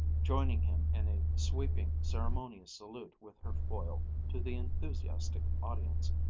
joining him in a sweeping, ceremonious salute with her foil to the enthusiastic audience,